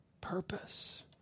purpose